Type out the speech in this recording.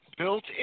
built